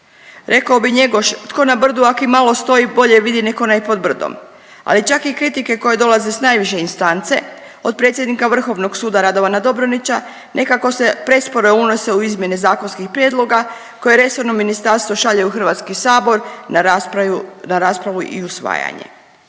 Rekao bi Njegoš „tko na brdu ak i malo stoji bolje vidi nek onaj pod brdom“, ali čak i kritike koje dolaze s najviše instance od predsjednika Vrhovnog suda Radovana Dobronića nekako se prespore unose u izmjene zakonskih prijedloga koje resorno ministarstvo šalje u HS na raspravu, na raspravu i usvajanje,